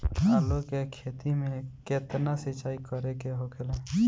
आलू के खेती में केतना सिंचाई करे के होखेला?